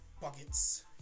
Buckets